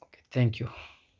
okay thank you